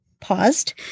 paused